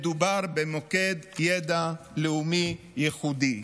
מדובר במוקד ידע לאומי ייחודי.